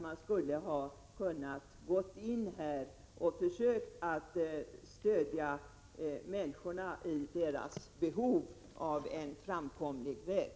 Man borde i detta fall kunna hjälpa människorna att få en framkomlig väg.